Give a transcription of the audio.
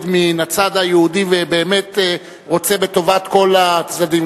מן הצד היהודי ובאמת רוצה בטובת כל הצדדים,